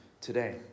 today